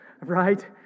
right